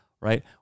right